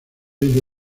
ello